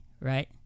right